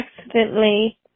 accidentally